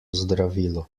zdravilo